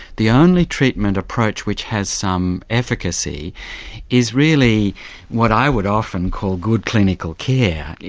the only treatment approach which has some efficacy is really what i would often call good clinical care.